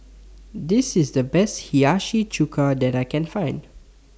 This IS The Best Hiyashi Chuka that I Can Find